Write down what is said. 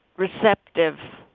receptive.